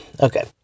Okay